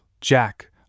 Jack